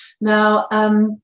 Now